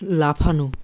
লাফানো